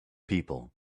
people